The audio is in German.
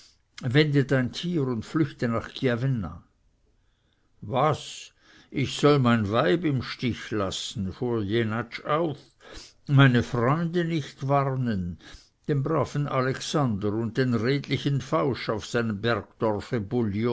wende dein tier und flüchte nach chiavenna was ich soll mein weib im stiche lassen fuhr jenatsch auf meine freunde nicht warnen den braven alexander und den redlichen fausch auf seinem bergdorfe